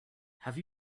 have